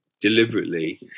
deliberately